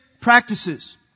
practices